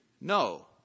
No